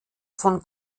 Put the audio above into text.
von